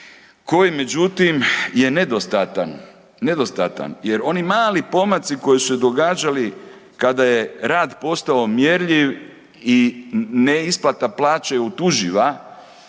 koji međutim je nedostatan, nedostatan jer oni mali pomaci koji su se događali kada je rad postao mjerljiv i neisplata plaće je utuživa